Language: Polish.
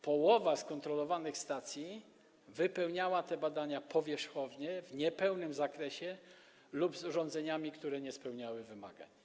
Połowa skontrolowanych stacji wykonywała te badania powierzchownie, w niepełnym zakresie lub urządzeniami, które nie spełniały wymagań.